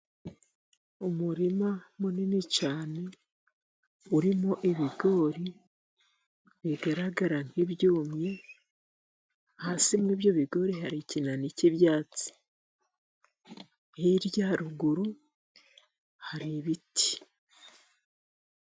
Umurima munini cyane urimo ibigori bigaragara nk' ibyumye. Hasi mu ibyo bigori hari ikinani cy'ibyatsi, hirya haruguru hari ibiti.